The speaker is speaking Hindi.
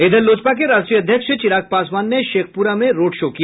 इधर लोजपा के राष्ट्रीय अध्यक्ष चिराग पासवान ने शेखपुरा में रोड शो किया